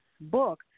book